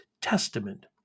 testament